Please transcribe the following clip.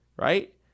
Right